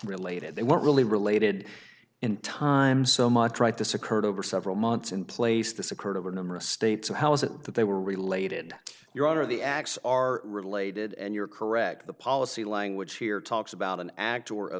related they weren't really related in time so much right this occurred over several months in place this occurred over a number of states and how is it that they were related your honor the acts are related and you're correct the policy language here talks about an act or